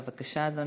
בבקשה, אדוני.